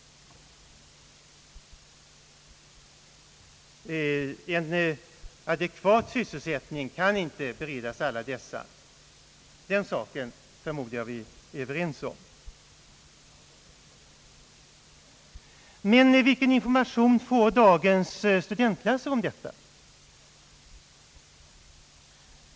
En adekvat sysselsättning kan inte beredas alla dessa. Jag förmodar att vi är överens om den saken. Men vilken information får dagens studentklasser om detta?